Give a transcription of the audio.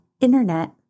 internet